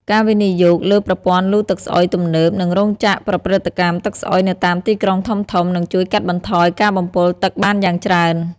ការវិនិយោគលើប្រព័ន្ធលូទឹកស្អុយទំនើប និងរោងចក្រប្រព្រឹត្តកម្មទឹកស្អុយនៅតាមទីក្រុងធំៗ នឹងជួយកាត់បន្ថយការបំពុលទឹកបានយ៉ាងច្រើន។